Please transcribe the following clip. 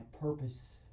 purpose